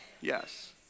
Yes